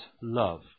love